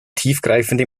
tiefgreifende